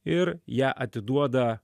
ir ją atiduoda